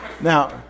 Now